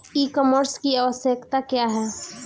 ई कॉमर्स की आवशयक्ता क्या है?